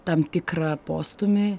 tam tikrą postūmį